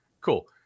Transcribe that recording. Cool